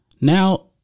Now